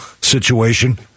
situation